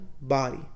body